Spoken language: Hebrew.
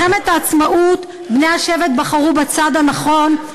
במלחמת העצמאות בני השבט בחרו בצד הנכון,